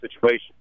situation